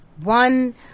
one